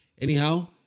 Anyhow